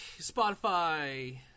Spotify